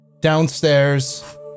downstairs